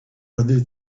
other